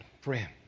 friend